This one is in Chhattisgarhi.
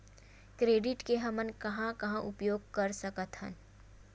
क्रेडिट के हमन कहां कहा उपयोग कर सकत हन?